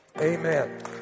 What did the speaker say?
Amen